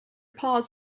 paws